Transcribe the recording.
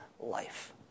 Life